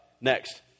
next